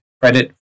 credit